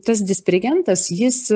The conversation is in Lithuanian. tas dispirgentas jis